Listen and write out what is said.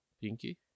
Pinky